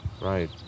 Right